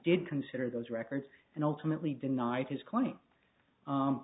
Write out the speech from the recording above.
did consider those records